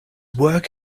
work